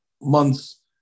months